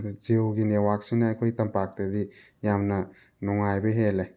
ꯑꯗꯣ ꯖꯤꯌꯣꯒꯤ ꯅꯦꯠꯋꯥ꯭ꯔꯛꯁꯤꯅ ꯑꯩꯈꯣꯏ ꯇꯝꯄꯥꯛꯇꯗꯤ ꯌꯥꯝꯅ ꯅꯨꯡꯉꯥꯏꯕ ꯍꯦꯜꯂꯦ